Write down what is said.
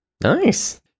Nice